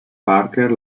parker